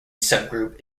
subgroup